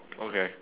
okay